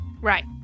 Right